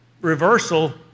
reversal